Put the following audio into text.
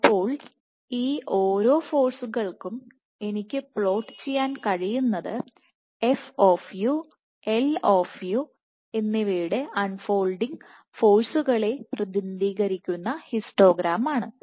അപ്പോൾ ഈ ഓരോ ഫോഴ്സുകൾക്കും എനിക്ക് പ്ലോട്ട് ചെയ്യാൻ കഴിയുന്നത് F of U f L F U L എന്നിവയുടെഅൺ ഫോൾഡിങ് ഫോഴ്സുകളെ പ്രതിനിധീകരിക്കുന്ന ഹിസ്റ്റോഗ്രാം ആണ്